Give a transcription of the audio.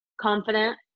confident